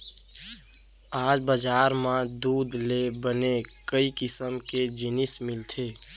आज बजार म दूद ले बने कई किसम के जिनिस मिलथे